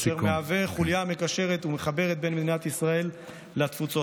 אשר מהווה חוליה מקשרת ומחברת בין מדינת ישראל לתפוצות.